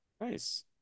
Nice